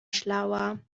schlauer